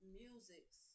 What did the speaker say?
musics